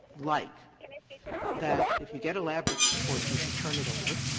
like that if you get a lab but report, you should turn it over,